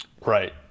Right